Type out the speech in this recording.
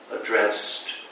addressed